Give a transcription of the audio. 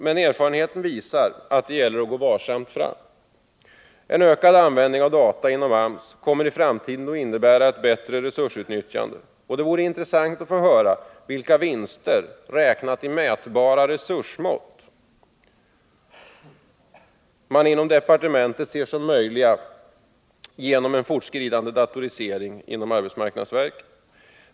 Men erfarenheten visar att det gäller att gå varsamt fram. En ökad användning av data inom AMS kommer i framtiden att innebära ett bättre resursutnyttjande, och det vore intressant att få höra vilka vinster, räknat i mätbara resursmått, som man inom departementet ser som möjliga genom en fortskridande datorisering inom arbetsmarknadsverket.